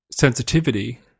sensitivity